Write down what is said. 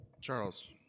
Charles